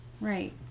Right